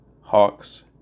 hawks